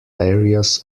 areas